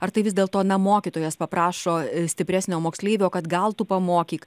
ar tai vis dėlto na mokytojas paprašo stipresnio moksleivio kad gal tu pamokyk